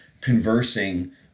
conversing